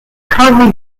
currently